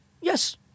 Yes